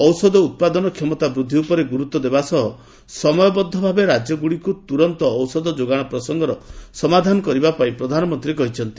ଔଷଧ ଉତ୍ପାଦନ କ୍ଷମତା ବୃଦ୍ଧି ଉପରେ ଗୁରୁତ୍ୱ ଦେବା ସହ ସମୟବଦ୍ଧ ଭାବେ ରାଜ୍ୟଗୁଡ଼ିକୁ ତୁରନ୍ତ ଔଷଧ ଯୋଗାଣ ପ୍ରସଙ୍ଗର ସମାଧାନ କରିବା ପାଇଁ ପ୍ରଧାନମନ୍ତ୍ରୀ କହିଛନ୍ତି